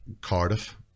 Cardiff